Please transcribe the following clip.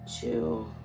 two